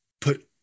put